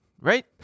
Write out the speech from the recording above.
right